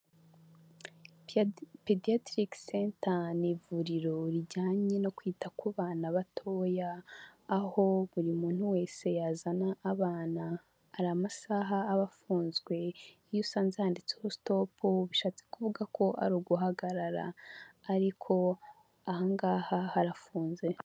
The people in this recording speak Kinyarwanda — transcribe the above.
Pediatric center, ni ivuriro rijyanye no kwita ku bana batoya, aho buri muntu wese yazana abana, hari amasaha aba afunzwe, iyo usanze yanditseho stop, bishatse kuvuga ko ari uguhagarara, ariko aha ngaha harafunze.